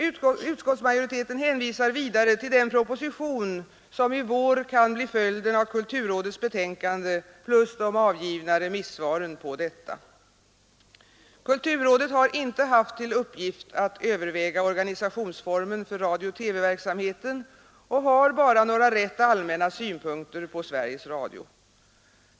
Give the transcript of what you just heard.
Utskottsmajoriteten hänvisar vidare till den proposition som i vår kan bli följden av kulturrådets betänkande plus de avgivna remissvaren på detta. Kulturrådet har inte haft till uppgift att överväga organisationsformen för radiooch TV-verksamheten och har bara några rätt allmänna synpunkter på Sveriges Radio.